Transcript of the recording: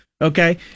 okay